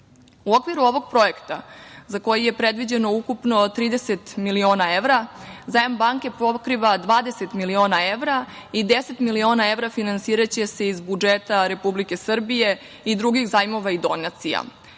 okviru ovog projekta za koji je predviđeno ukupno 30 miliona evra zajam banke pokriva 20 miliona evra i 10 miliona evra finansiraće se iz budžeta Republike Srbije i drugih zajmova i donacija. Planira